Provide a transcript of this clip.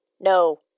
no